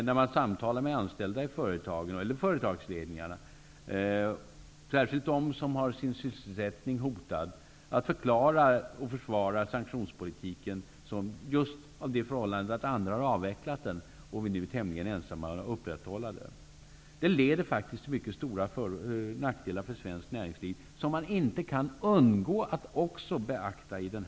När man samtalar med anställda i företagen eller företagsledningarna, speciellt de som har sin sysselsättning hotad, är det inte särskilt lätt att förklara och försvara sanktionspolitiken, just av det förhållandet att andra har avvecklat den och vi nu är tämligen ensamma om att upprätthålla den. Det leder till mycket stora nackdelar för svenskt näringsliv, något som man inte kan undgå att också beakta i bilden.